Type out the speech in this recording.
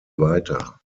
weiter